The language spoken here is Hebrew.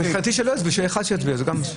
מבחינתי שיהיה אחד שיצביע, זה גם מספיק.